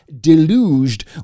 deluged